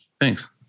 Thanks